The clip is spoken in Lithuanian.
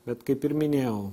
bet kaip ir minėjau